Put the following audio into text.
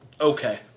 Okay